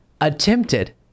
attempted